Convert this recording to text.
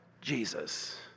Jesus